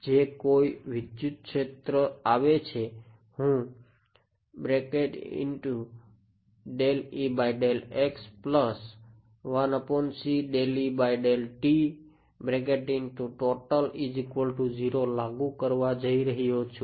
જે કઈ વિદ્યુતક્ષેત્ર આવે છે હું લાગુ કરવા જઈ રહ્યો છું